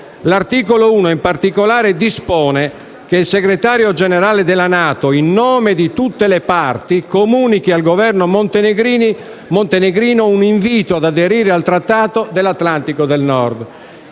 L'articolo 1, in particolare, dispone che il Segretario Generale della NATO, in nome di tutte le parti, comunichi al Governo montenegrino un invito ad aderire al Trattato dell'Atlantico del Nord.